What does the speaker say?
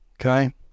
Okay